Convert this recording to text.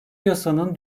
yasanın